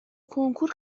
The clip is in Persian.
کنکور